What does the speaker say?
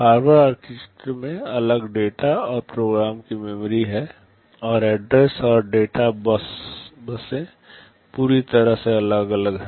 Harvard architecture में अलग data और प्रोग्राम की मेमोरी हैं और एड्रेस और डेटा बसें पूरी तरह से अलग हैं